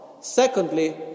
Secondly